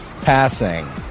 Passing